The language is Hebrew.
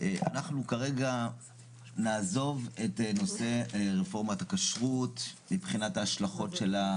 אנחנו כרגע נעזוב את נושא רפורמת הכשרות מבחינת ההשלכות שלה